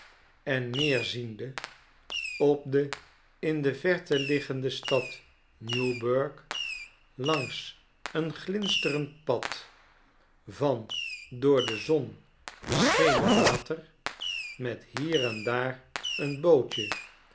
en neerziende op de in de verte liggende stad newburgh langs een glinsterend pad van door de zon beschenen water met hier en daar een bootje